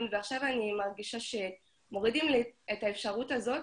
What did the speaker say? ועכשיו אני מרגישה שמורידים לי את האפשרות הזאת,